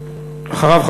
אחריו,